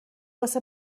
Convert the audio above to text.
واسه